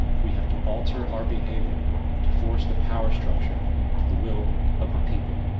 we have to alter our behavior to force the power structure to the will of the people.